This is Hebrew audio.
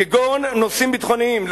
כגון נושאים ביטחוניים.